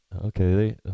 Okay